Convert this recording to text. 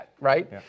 right